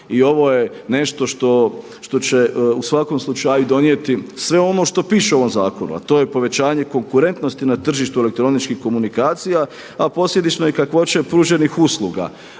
i ovo je nešto što će u svakom slučaju donijeti sve ono što piše u ovom zakonu a to je povećanje konkurentnosti na tržištu elektroničkih komunikacija, a posljedično i kakvoće pruženih usluga